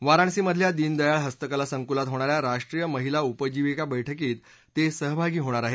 वाराणसीमधल्या दीनदयाळ हस्तकला संकुलात होणाऱ्या राष्ट्रीय महिला उपजीविका बस्कीत ते सहभागी होणार आहेत